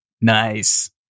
Nice